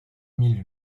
mille